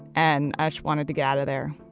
and i just want to to get out of there.